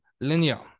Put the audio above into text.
linear